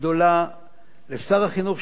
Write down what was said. גדולה לשר החינוך,